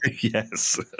Yes